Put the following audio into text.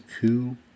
coup